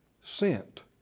sent